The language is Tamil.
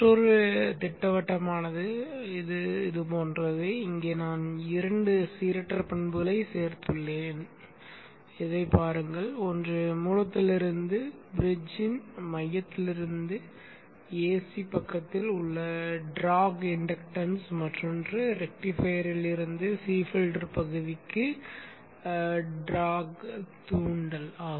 மற்றொரு திட்டவட்டமானது இது போன்றது இங்கே நான் இரண்டு சீரற்ற பண்புகளை சேர்த்துள்ளேன் என்று பாருங்கள் ஒன்று மூலத்திலிருந்து பிரிட்ஜின் மையத்திற்கு ஏசி பக்கத்தில் உள்ள டிராக் இண்டக்டன்ஸ் மற்றொன்று ரெக்டிஃபையரில் இருந்து சி ஃபில்டர் பகுதிக்கு டிராக் தூண்டல் ஆகும்